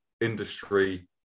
industry